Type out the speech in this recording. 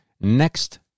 next